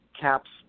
Caps